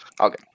okay